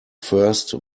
first